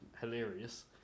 hilarious